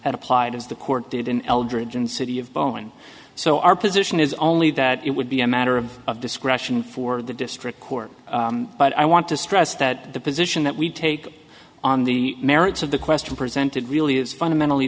had applied as the court did in eldridge and city of bowen so our position is only that it would be a matter of of discretion for the district court but i want to stress that the position that we take on the merits of the question presented really is fundamentally